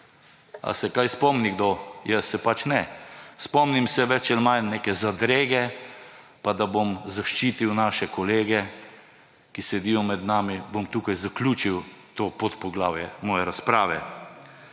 kdo kaj spomni? Jaz se pač ne. Spomnim se več ali manj neke zadrege. Pa da bom zaščitil naše kolege, ki sedijo med nami, bom tukaj zaključil to podpoglavje moje razprave.